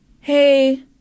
hey